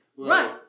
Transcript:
Right